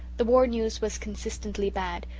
the war news was consistently bad,